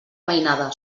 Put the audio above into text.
mainada